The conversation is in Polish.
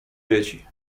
dzieci